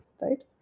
right